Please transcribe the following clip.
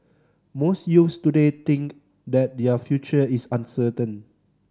most youths today think that their future is uncertain